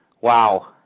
Wow